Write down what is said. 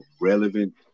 relevant